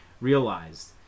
realized